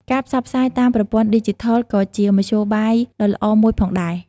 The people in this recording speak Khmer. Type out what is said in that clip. ការផ្សព្វផ្សាយតាមប្រព័ន្ធឌីជីថលក៏ជាមធ្យោបាយដ៏ល្អមួយផងដែរ។